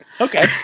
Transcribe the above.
Okay